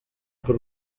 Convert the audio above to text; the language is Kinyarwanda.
k’u